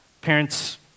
Parents